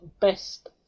best